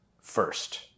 first